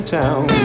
town